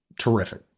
terrific